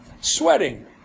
sweating